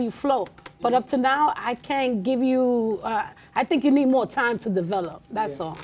you flow but up to now i can give you i think you need more time to develop that so